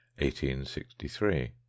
1863